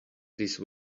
these